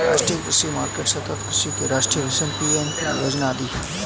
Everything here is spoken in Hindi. राष्ट्रीय कृषि मार्केट, सतत् कृषि के लिए राष्ट्रीय मिशन, पी.एम.एफ.बी योजना आदि है